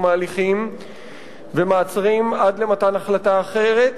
ההליכים ומעצרים עד למתן החלטה אחרת,